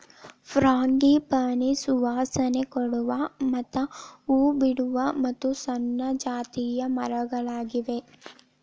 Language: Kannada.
ಫ್ರಾಂಗಿಪಾನಿ ಸುವಾಸನೆ ಕೊಡುವ ಮತ್ತ ಹೂ ಬಿಡುವ ಮತ್ತು ಸಣ್ಣ ಜಾತಿಯ ಮರಗಳಾಗಿವೆ